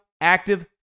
Active